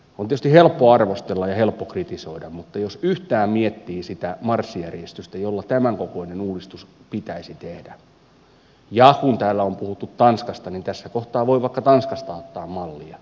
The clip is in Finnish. on tietysti helppo arvostella ja helppo kritisoida mutta jos yhtään miettii sitä marssijärjestystä jolla tämän kokoinen uudistus pitäisi tehdä niin kun täällä on puhuttu tanskasta niin tässä kohtaa voi vaikka tanskasta ottaa mallia